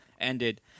ended